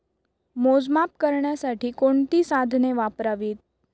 मोजमाप करण्यासाठी कोणती साधने वापरावीत?